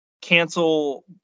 cancel